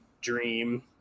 dream